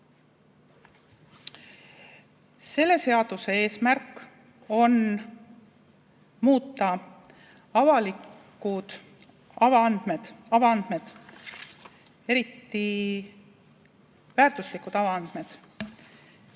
Selle seaduse eesmärk on muuta avaandmed, eelkõige väärtuslikud avaandmed,